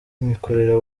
nkikorera